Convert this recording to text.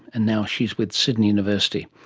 and now she is with sydney university.